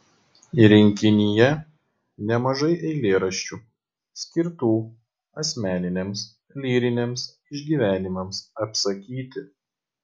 rinkinyje nemažai eilėraščių skirtų asmeniniams lyriniams išgyvenimams apsakyti